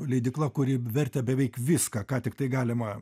leidykla kuri vertė beveik viską ką tiktai galima